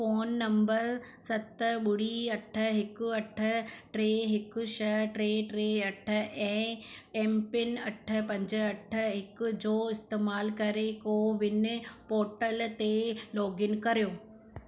phone number सत ॿुड़ी अठ हिक अठ टे हिक छ्ह टे टे अठ ऐं एम पिन अठ पंज अठ हिक जो इस्तेमाल करे कोविन पोर्टल ते लोगइन करियो